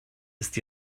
ist